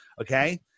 okay